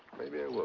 maybe i will,